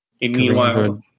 Meanwhile